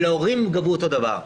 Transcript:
ומההורים גבו אותו דבר.